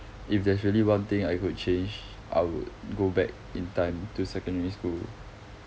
if there's really one thing I could change I would go back in time to secondary school